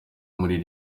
muri